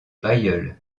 bailleul